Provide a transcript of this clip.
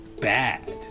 bad